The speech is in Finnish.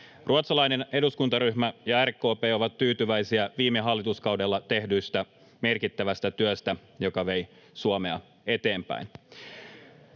Ruotsalainen eduskuntaryhmä ja RKP ovat tyytyväisiä viime hallituskaudella tehdystä merkittävästä työstä, joka vei Suomea eteenpäin.